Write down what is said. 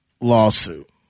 lawsuit